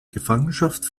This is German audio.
gefangenschaft